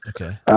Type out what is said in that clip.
Okay